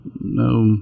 no